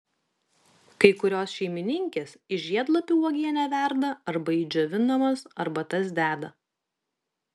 kai kurios šeimininkės iš žiedlapių uogienę verda arba į džiovinamas arbatas deda